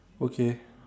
okay